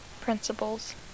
principles